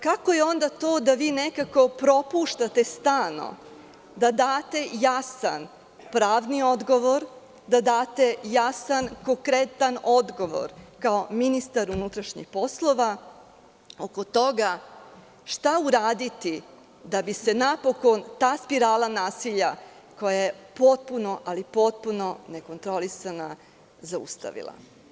Kako je onda to da vi nekako propuštate stalno, da date jasan pravni odgovor, da date jasan konkretan odgovor kao ministar MUP oko toga šta uraditi da bi se napokon ta spirala nasilja od potpuno ali potpuno zaustavila.